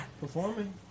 Performing